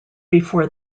before